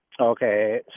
Okay